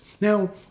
Now